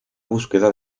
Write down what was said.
búsqueda